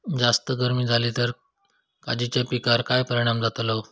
जास्त गर्मी जाली तर काजीच्या पीकार काय परिणाम जतालो?